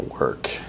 work